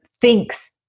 thinks